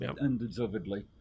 undeservedly